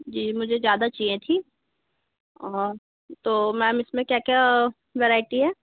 जी मुझे ज़्यादा चाहिए थी और तो मैम इसमें क्या क्या वैरायटी है